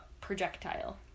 projectile